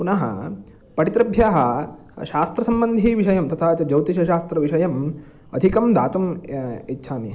पुनः पठितृभ्यः शास्त्रसम्बन्धिविषयं तथा च ज्यौतिषशास्त्रविषयम् अधिकं दातुम् इच्छामि